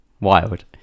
Wild